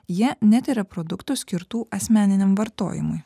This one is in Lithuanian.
jie netiria produktų skirtų asmeniniam vartojimui